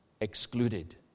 excluded